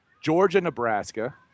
Georgia-Nebraska